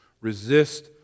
resist